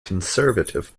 conservative